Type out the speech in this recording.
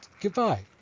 goodbye